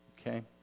Okay